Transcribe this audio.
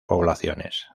poblaciones